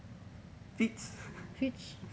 Fitz